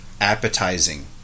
appetizing